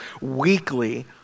weekly